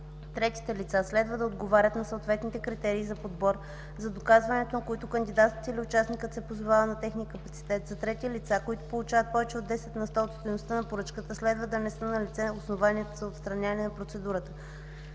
Третите лица следва да отговарят на съответните критерии за подбор, за доказването на които кандидатът или участникът се позовава на техния капацитет. За трети лица, които получават повече от 10 на сто от стойността на поръчката следва да не са налице основанията за отстраняване от процедурата.”